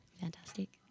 Fantastic